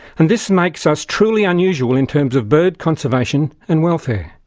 and this makes us truly unusual in terms of bird conservation and welfare.